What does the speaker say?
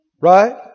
Right